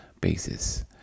basis